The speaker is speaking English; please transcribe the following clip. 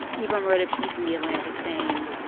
even wrote a piece in the atlantic saying